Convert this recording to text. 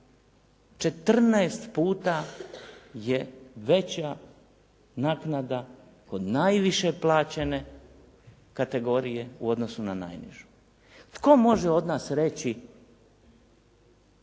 14 puta je veća naknada kod najviše plaćene kategorije u odnosu na najnižu. Tko može od nas reći